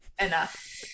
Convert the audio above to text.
Enough